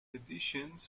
editions